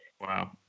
Wow